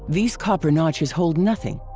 these copper notches hold nothing,